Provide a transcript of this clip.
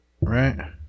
right